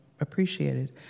appreciated